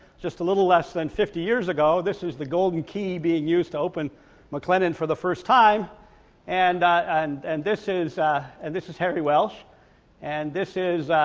just a little less than fifty years ago this is the golden key being used to open mclennan for the first time and and and this is and this is harry welsh and this is